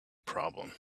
problem